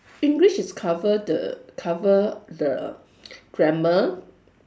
english is cover the cover the grammar